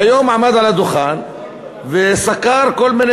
והיום הוא עמד על הדוכן וסקר כל מיני